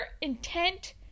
intent